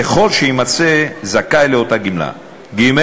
ככל שיימצא זכאי לאותה גמלה, ג.